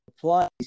place